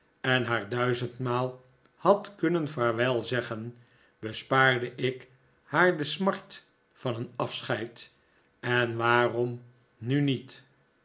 en haar duizendmaal had kunnen vaarwelzeggen bespaarde ik haar de smart van een afscheid en waarom nu niet